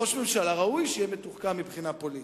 ראש ממשלה ראוי שיהיה מתוחכם מבחינה פוליטית.